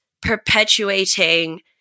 perpetuating